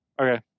Okay